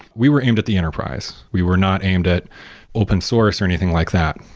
we were aimed at the enterprise. we were not aimed at open source, or anything like that.